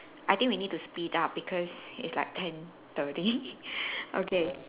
I think we need to speed up because it's like ten thirty okay